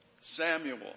Samuel